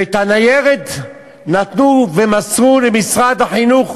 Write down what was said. ואת הניירת נתנו, מסרו למשרד החינוך